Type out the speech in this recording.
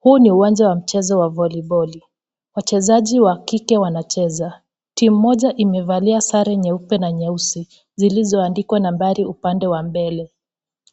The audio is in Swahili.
Huu ni uwanja wa mchezo wa voliboli, wachezaji wa kike wananacheza, timu moja imevalia sare nyeupe na nyeusi zilizoandikwa nambari upande wa mbele,